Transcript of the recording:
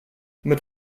mit